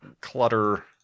clutter